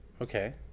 Okay